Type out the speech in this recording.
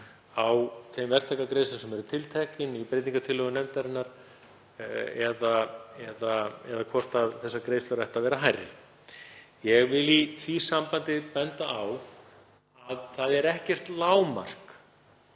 á þeim verktakagreiðslum sem eru tilteknar í breytingartillögu nefndarinnar eða hvort þessar greiðslur ættu að vera hærri. Ég vil í því sambandi benda á að það er ekkert lágmark.